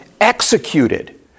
executed